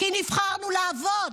כי נבחרנו לעבוד,